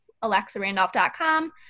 AlexaRandolph.com